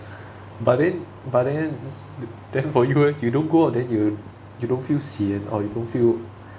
but then but then then for you leh you don't go out then you you don't feel sian or you don't feel